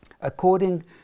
according